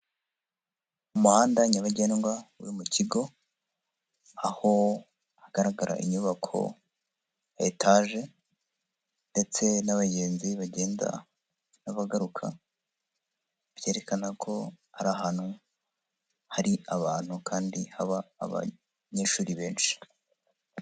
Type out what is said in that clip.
Umuhanda nyabagendwa uri mu kigo, aho hagaragara inyubako ya etaje, ndetse n'abagenzi bagenda n'abagaruka, byerekana ko ari ahantu hari abantu, kandi haba abanyeshuri benshi.